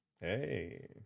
Hey